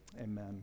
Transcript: Amen